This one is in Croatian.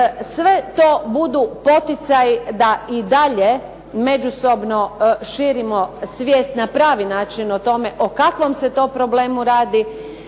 sve to budu poticaji da i dalje međusobno širimo svijest na pravi način o tome o kakvom se to problemu radi,